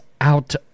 out